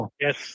Yes